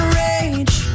rage